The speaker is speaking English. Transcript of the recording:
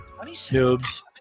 noobs